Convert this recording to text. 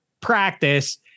practice